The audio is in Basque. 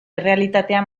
errealitatea